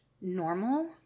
normal